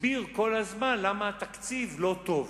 הסביר כל הזמן למה התקציב לא טוב.